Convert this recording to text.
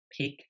Pick